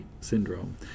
syndrome